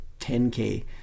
10K